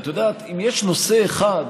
את יודעת, אם יש נושא אחד